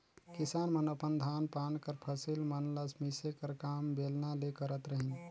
किसान मन अपन धान पान कर फसिल मन ल मिसे कर काम बेलना ले करत रहिन